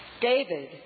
David